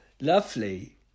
Lovely